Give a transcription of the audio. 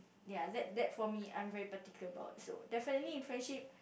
ya that that for me I'm very particular about so definitely in friendship